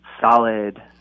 solid